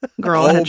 girl